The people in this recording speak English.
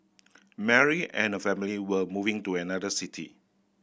Mary and her family were moving to another city